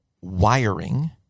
wiring